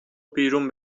بیرون